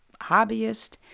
hobbyist